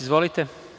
Izvolite.